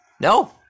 No